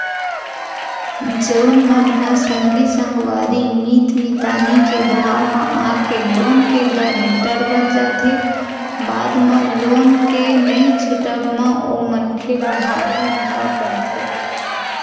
जउन मन ह संगी संगवारी मीत मितानी के भाव म आके लोन के गारेंटर बन जाथे बाद म लोन के नइ छूटब म ओ मनखे ल भारी महंगा पड़थे